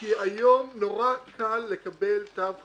כי היום נורא קל לקבל תו חניה,